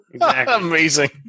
Amazing